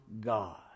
God